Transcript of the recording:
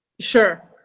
Sure